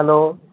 hello